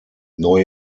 neu